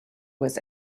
was